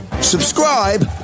Subscribe